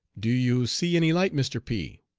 do you see any light, mr. p,